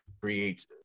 create